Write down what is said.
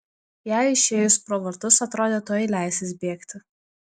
jai išėjus pro vartus atrodė tuoj leisis bėgti